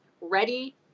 ready